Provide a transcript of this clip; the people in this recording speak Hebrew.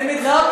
אני מצטער.